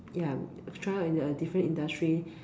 ya try out in a different industry